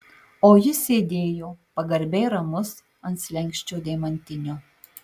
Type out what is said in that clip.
o jis sėdėjo pagarbiai ramus ant slenksčio deimantinio